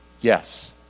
yes